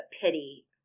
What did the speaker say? pity